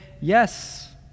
yes